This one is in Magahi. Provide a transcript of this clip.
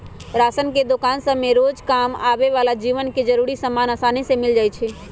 राशन के दोकान सभसे रोजकाम आबय बला के जीवन के जरूरी समान असानी से मिल जाइ छइ